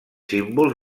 símbols